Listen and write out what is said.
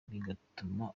bigatuma